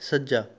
ਸੱਜਾ